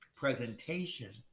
presentation